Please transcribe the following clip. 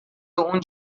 اون